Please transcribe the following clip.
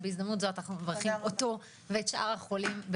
בהזדמנות זו אנו מברכים אותו ואת שאר החולים.